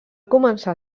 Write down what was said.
començar